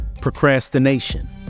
procrastination